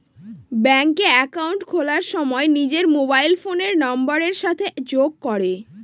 ব্যাঙ্কে একাউন্ট খোলার সময় নিজের মোবাইল ফোনের নাম্বারের সাথে যোগ করে